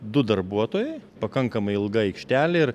du darbuotojai pakankamai ilga aikštelė ir